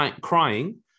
crying